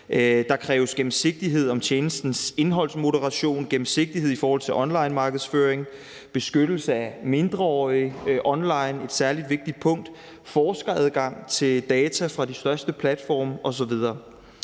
Der kræves gennemsigtighed om tjenestens indholdsmoderation; gennemsigtighed i forhold til online markedsføring; beskyttelse af mindreårige online, det er et særlig vigtigt punkt; forskeradgang til data fra de største platforme osv.